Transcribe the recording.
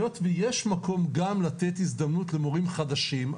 היות ויש מקום גם לתת הזדמנות למורים חדשים,